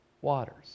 waters